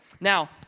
Now